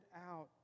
out